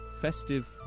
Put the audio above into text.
festive